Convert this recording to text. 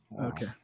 Okay